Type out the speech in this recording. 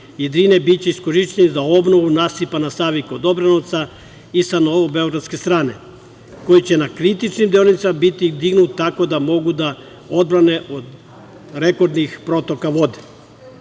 i Drine biće iskorišćeni za obnovu nasipa na Savi kod Dobrinovca i sa novobeogradske strane koji će na kritičnim deonicama biti dignut tako da mogu da odbrane od rekordnih protoka